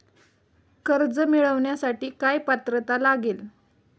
कर्ज मिळवण्यासाठी काय पात्रता लागेल?